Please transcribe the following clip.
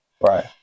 Right